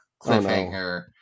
cliffhanger